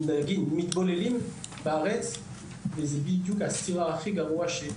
הם מתבוללים בארץ ומדובר באבסורד.